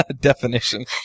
Definition